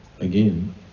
Again